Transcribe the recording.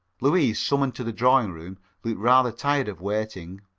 louise, summoned to the drawing-room, looked rather tired of waiting.